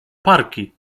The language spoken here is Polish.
parki